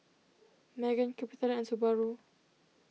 Megan CapitaLand and Subaru